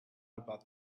about